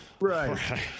Right